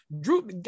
Drew